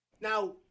now